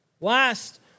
Last